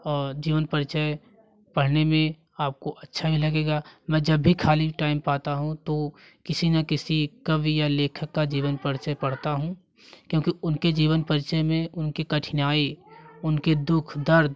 और जीवन परिचय पढ़ने में आपको अच्छा ही लगेगा मैं जब भी खाली टाइम पाता हूँ तो किसी न किसी कवि या लेखक का जीवन परिचय पढ़ता हूँ क्योंकि उनके जीवन परिचय में उनकी कठिनाई उनके दुख दर्द